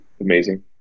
amazing